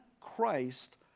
Christ